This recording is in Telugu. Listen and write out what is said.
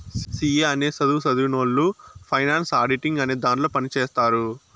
సి ఏ అనే సధువు సదివినవొళ్ళు ఫైనాన్స్ ఆడిటింగ్ అనే దాంట్లో పని చేత్తారు